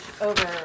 over